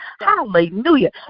Hallelujah